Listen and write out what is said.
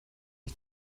ich